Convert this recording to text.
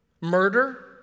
murder